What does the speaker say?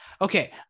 Okay